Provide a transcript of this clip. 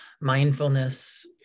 mindfulness